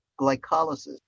glycolysis